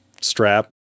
strap